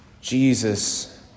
Jesus